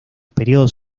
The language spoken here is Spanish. periodos